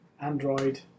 Android